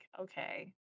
okay